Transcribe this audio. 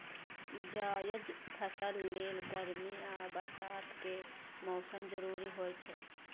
जायद फसल लेल गर्मी आ बरसात के मौसम जरूरी होइ छै